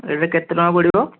ଏଇଟା କେତେ ଟଙ୍କା ପଡ଼ିବ